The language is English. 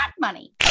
money